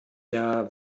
der